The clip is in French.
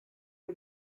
que